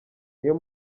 niyo